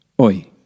oi